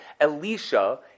elisha